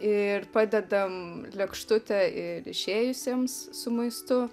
ir padedam lėkštutę ir išėjusiems su maistu